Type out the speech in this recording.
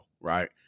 right